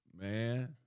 man